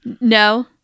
no